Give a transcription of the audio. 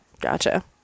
Gotcha